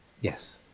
yes